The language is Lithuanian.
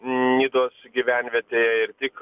nidos gyvenvietėje ir tik